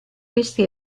questi